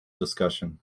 discussion